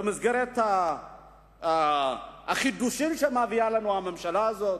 במסגרת החידושים שמביאה לנו הממשלה הזאת,